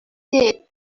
did